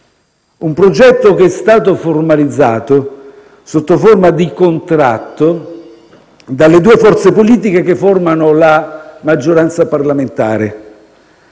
un progetto che è stato formalizzato sotto forma di contratto dalle due forze politiche che formano la maggioranza parlamentare;